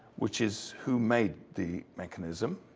which is who made the mechanism.